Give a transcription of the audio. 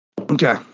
Okay